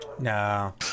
No